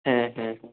হ্যাঁ হ্যাঁ হুম